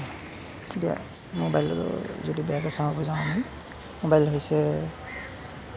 এতিয়া মোবাইলৰ যদি বেয়াটো চাব যাওঁ আমি মোবাইল হৈছে